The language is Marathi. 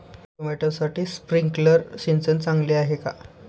टोमॅटोसाठी स्प्रिंकलर सिंचन चांगले आहे का?